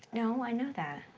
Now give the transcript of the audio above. no, i know that.